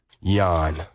Yawn